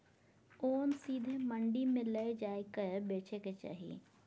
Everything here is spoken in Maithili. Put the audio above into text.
ओन सीधे मंडी मे लए जाए कय बेचे के चाही